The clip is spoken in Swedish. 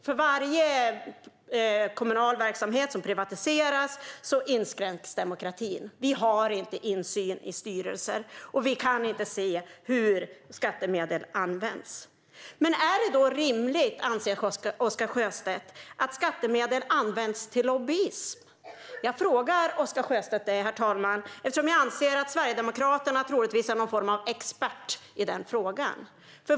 För varje kommunal verksamhet som privatiseras inskränks demokratin. Vi har inte insyn i styrelserna och kan inte se hur skattemedlen används. Anser Oscar Sjöstedt att det är rimligt att skattemedel används till lobbyism? Jag frågar eftersom Sverigedemokraterna troligtvis är experter i denna fråga.